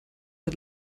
hat